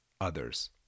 others